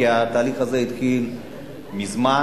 כי התהליך הזה התחיל מזמן,